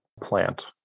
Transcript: plant